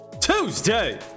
Tuesday